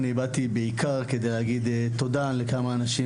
אני באתי בעיקר כדי להגיד תודה לכמה אנשים